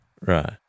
Right